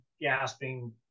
gasping